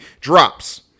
drops